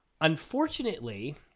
Unfortunately